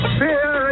fear